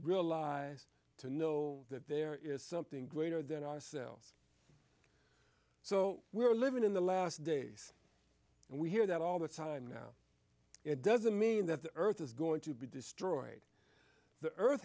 realize to know that there is something greater than ourselves so we're living in the last days and we hear that all the time now it doesn't mean that the earth is going to be destroyed the earth